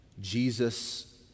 Jesus